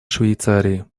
швейцарии